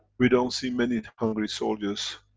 we don't see many hungry soldiers,